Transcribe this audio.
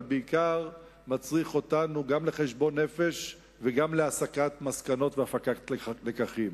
אבל בעיקר מצריך אותנו גם לחשבון נפש וגם להסקת מסקנות והפקת לקחים.